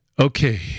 Okay